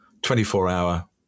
24-hour